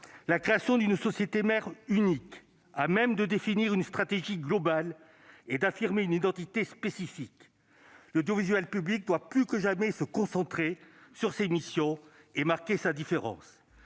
la création d'une société mère unique, à même de définir une stratégie globale et d'affirmer une identité spécifique. L'audiovisuel public doit plus que jamais se concentrer sur ses missions et marquer sa différence.